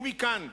ומכאן,